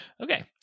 Okay